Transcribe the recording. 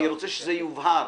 אני רוצה שזה יובהר.